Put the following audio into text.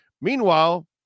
meanwhile